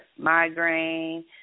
migraine